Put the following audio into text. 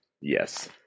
yes